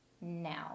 now